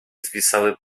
zwisały